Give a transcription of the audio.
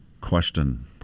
question